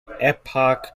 epoch